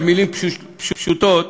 במילים פשוטות,